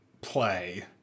play